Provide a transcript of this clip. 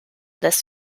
this